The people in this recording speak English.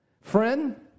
Friend